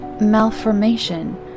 malformation